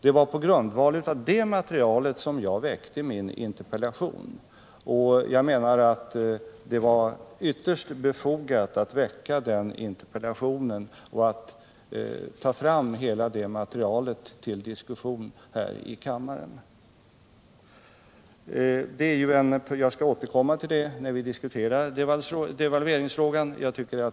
Det var på grundval av detta material som jag framställde min interpellation. Jag menar att det var ytterst befogat att framställa denna och att ta fram hela materialet till diskussion här i kammaren. Jag skall återkomma till frågan när vi diskuterar devalveringen.